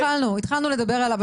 התחלנו לדבר עליהם.